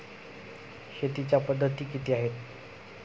शेतीच्या पद्धती किती आहेत?